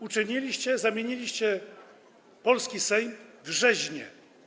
Uczyniliście, zamieniliście polski Sejm w rzeźnię.